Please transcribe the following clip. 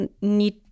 need